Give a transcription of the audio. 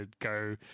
go